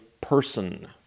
person